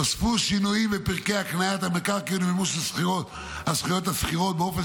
נוספו שינויים בפרקי הקניית המקרקעין ומימוש הזכויות הסחירות באופן